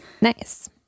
nice